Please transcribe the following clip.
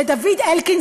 לדוד אלקין,